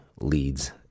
leads